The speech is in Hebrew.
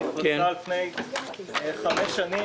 שנפרשה על פני חמש שנים,